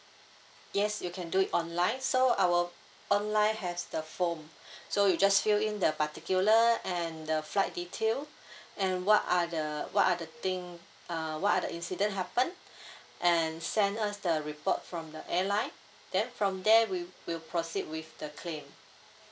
yes you can do it online so our online has the form so you just fill in the particular and the flight detail and what are the what are the thing uh what are the incident happen and send us the report from the airline then from there we will proceed with the claim